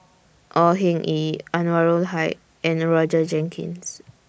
Au Hing Yee Anwarul Haque and Roger Jenkins